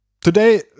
Today